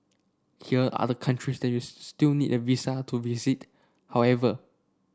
here are the countries that you still need a visa to visit however